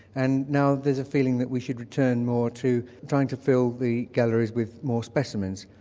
and now there's a feeling that we should return more to trying to fill the galleries with more specimens.